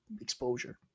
exposure